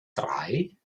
drei